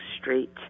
Street